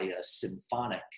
Symphonic